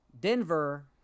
Denver